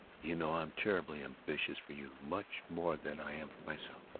you know i'm terribly ambitious for you much more than i am for myself.